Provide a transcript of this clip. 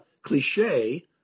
cliche